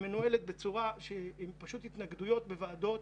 היא מנוהלת בצורה של התנגדויות בוועדות,